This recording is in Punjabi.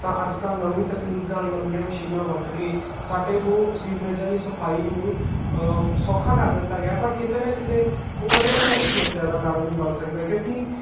ਤਾਂ ਅੱਜ ਕੱਲ੍ਹ ਨਵੀਂ ਤਕਨੀਕ ਨਾਲ ਨਵੀਆਂ ਮਸ਼ੀਨਾਂ ਵਰਤ ਕੇ ਸਾਡੇ ਹੋ ਸੀਵਰੇਜਾਂ ਦੀ ਸਫ਼ਾਈ ਨੂੰ ਸੋਖਾ ਕਰ ਦਿੱਤਾ ਗਿਆ ਪਰ ਕਿਤੇ ਨਾ ਕਿਤੇ ਉਹ ਕਦੇ ਨਾ ਕਦੇ ਸਮੱਸਿਆ ਦਾ ਕਾਰਨ ਵੀ ਬਣ ਸਕਦਾ ਕਿਉਂਕੀ